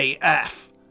AF